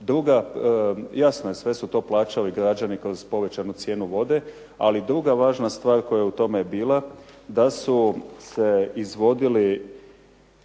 Druga, jasno je sve su to plaćali građani kroz povećanu cijenu vode, ali druga važna stvar koja je u tome bila da su se izvodili